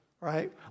right